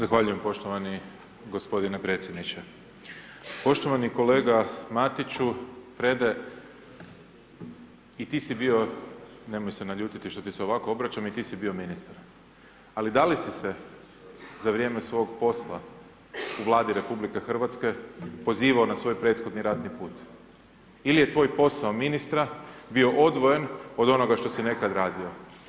Zahvaljujem poštovani gospodine predsjedniče, poštovani kolega Matiću Frede i ti si bio, nemoj se naljutiti što ti se ovako obraćam, i ti si bio ministar, ali da li se za vrijeme svog posla u Vladi RH pozivao na svoj prethodni ratni put ili je tvoj posao ministra bio odvojen od onoga što si nekad radio.